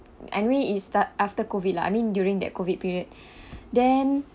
anyway it start after COVID lah I mean during that COVID period then